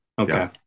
Okay